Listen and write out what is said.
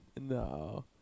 No